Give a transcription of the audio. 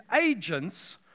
agents